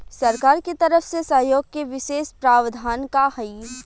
सरकार के तरफ से सहयोग के विशेष प्रावधान का हई?